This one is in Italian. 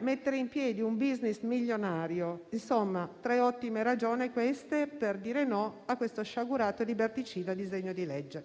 mettere in piedi un *business* milionario. Insomma tre ottime ragioni, queste, per dire no a questo sciagurato e liberticida disegno di legge.